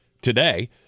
Today